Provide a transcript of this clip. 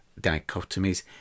dichotomies